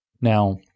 Now